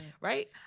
right